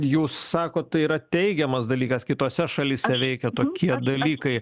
jūs sakot tai yra teigiamas dalykas kitose šalyse veikia tokie dalykai